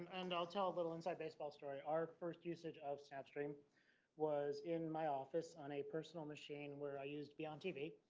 and i'll tell the little inside baseball story. our first usage of snapstream was in my office on a personal machine where i used to be on tv.